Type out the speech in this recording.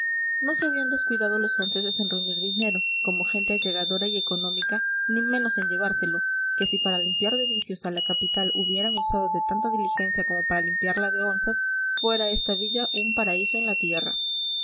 no se habían descuidado los franceses en reunir dinero como gente allegadora y económica ni menos en llevárselo que si para limpiar de vicios a la capital hubieran usado de tanta diligencia como para limpiarla de onzas fuera esta villa un paraíso en la tierra